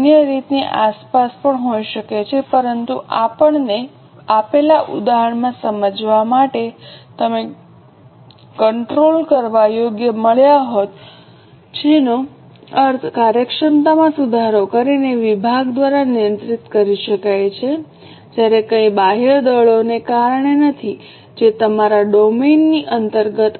તે અન્ય રીતની આસપાસ પણ હોઈ શકે છે પરંતુ આપણને આપેલા ઉદાહરણમાં સમજવા માટે તમે કંટ્રોલ કરવા યોગ્ય મળ્યા હોત જેનો અર્થ કાર્યક્ષમતામાં સુધારો કરીને વિભાગ દ્વારા નિયંત્રિત કરી શકાય છે જ્યારે કંઈક બાહ્ય દળોને કારણે નથી જે અમારા ડોમેનની અંતર્ગત